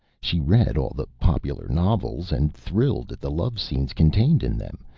she read all the popular novels and thrilled at the love-scenes contained in them,